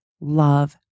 love